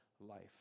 life